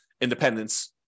independence